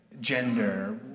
gender